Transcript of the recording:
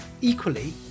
Equally